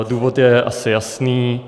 Důvod je asi jasný.